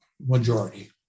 majority